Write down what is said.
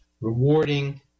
rewarding